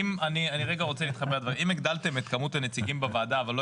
אם הגדלתם את כמות הנציגים בוועדה אבל לא